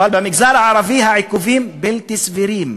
אבל במגזר הערבי העיכובים בלתי סבירים,